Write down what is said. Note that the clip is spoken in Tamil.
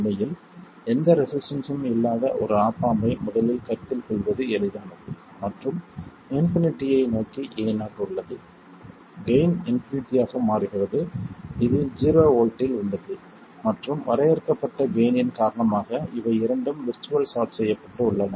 உண்மையில் எந்த ரெசிஸ்டன்ஸ்சும் இல்லாத ஒரு ஆப் ஆம்ப் ஐ முதலில் கருத்தில் கொள்வது எளிதானது மற்றும் இன்பினிட்டியை நோக்கி Ao உள்ளது கெய்ன் இன்பினிட்டி ஆக மாறுகிறது இது ஜீரோ வோல்ட்டில் உள்ளது மற்றும் வரையறுக்கப்பட்ட கெய்ன் இன் காரணமாக இவை இரண்டும் விர்ச்சுவல் ஷார்ட் செய்யப்பட்டு உள்ளன